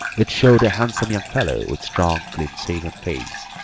it showed a handsome young fellow with strong, clean-shaven face,